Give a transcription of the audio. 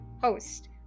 Host